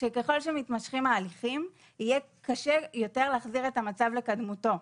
שככל שמתמשכים ההליכים יהיה קשה יותר להחזיר את המצב לקדמותו,